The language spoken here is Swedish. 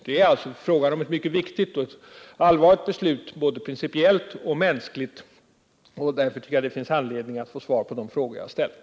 Det är fråga om ett mycket viktigt och allvarligt beslut både principiellt och mänskligt. Därför finns det anledning att jag får svar på de frågor jag har ställt.